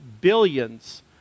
billions